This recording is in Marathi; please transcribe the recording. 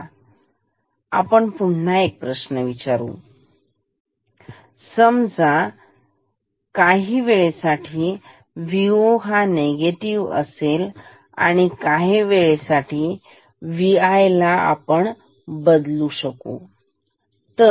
आता आपण पुन्हा एक प्रश्न विचारू समजा प्रश्न असा आहे की काही वेळेसाठी Vo हे निगेटिव आहे काही वेळे साठी Vi ला आपण बदलू शकतो